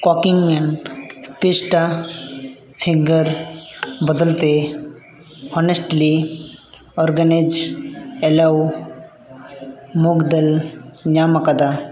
ᱠᱩᱠᱤ ᱢᱮᱱ ᱯᱤᱥᱴᱟ ᱯᱷᱤᱝᱜᱟᱨᱥ ᱵᱚᱫᱚᱞ ᱛᱮ honestly organic yellow moong dal ᱧᱟᱢ ᱟᱠᱟᱫᱟ